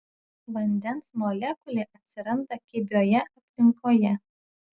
vandens molekulė atsiranda kibioje aplinkoje